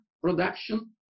production